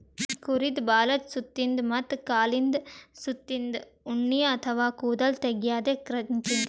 ಕುರಿದ್ ಬಾಲದ್ ಸುತ್ತಿನ್ದ ಮತ್ತ್ ಕಾಲಿಂದ್ ಸುತ್ತಿನ್ದ ಉಣ್ಣಿ ಅಥವಾ ಕೂದಲ್ ತೆಗ್ಯದೆ ಕ್ರಚಿಂಗ್